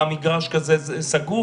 מגרש סגור,